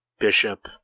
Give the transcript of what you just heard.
Bishop